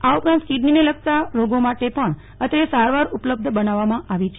આ ઉપરાંત કીડનીને લગતા રોગો માટે પણ અત્રે સારવાર ઉપલબ્ધ બનાવવામાં આવી છે